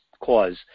cause